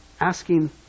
asking